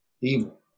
Evil